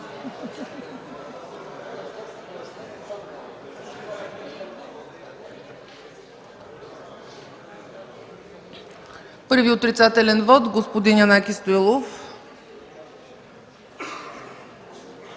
Първи отрицателен вот – господин Янаки Стоилов.